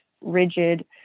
rigid